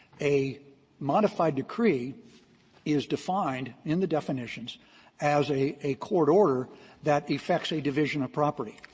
a modified decree is defined in the definitions as a a court order that affects a division of property.